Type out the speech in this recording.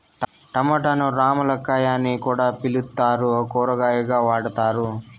టమోటాను రామ్ములక్కాయ అని కూడా పిలుత్తారు, కూరగాయగా వాడతారు